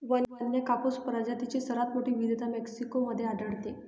वन्य कापूस प्रजातींची सर्वात मोठी विविधता मेक्सिको मध्ये आढळते